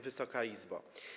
Wysoka Izbo!